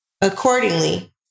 Accordingly